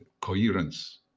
coherence